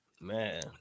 man